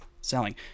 selling